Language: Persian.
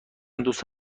دوست